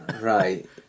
Right